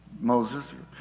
Moses